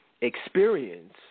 experience